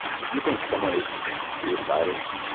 if you think someone is suicidal,